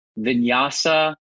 vinyasa